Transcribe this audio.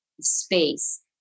space